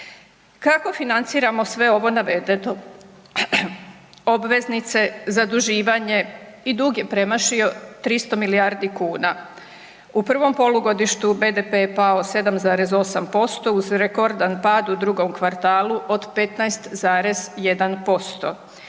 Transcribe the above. Kako financiramo sve ovo navedeno? Obveznice, zaduživanje i dug je premašio 300 milijardi kuna. U prvom polugodištu BDP je pao 7,8% uz rekordan pad u drugom kvartalu od 15,1%.